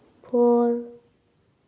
four